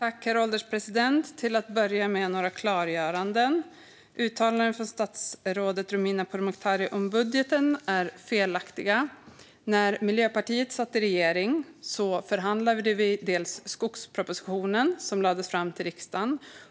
Herr ålderspresident! Till att börja med vill jag komma med några klargöranden. Uttalandena från statsrådet Romina Pourmokhtari om budgeten är felaktiga. När vi i Miljöpartiet satt i regering förhandlade vi den skogsproposition som lades fram till riksdagen.